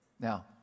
Now